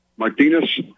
Martinez